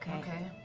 okay.